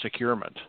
securement